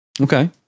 Okay